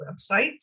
websites